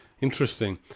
interesting